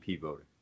voter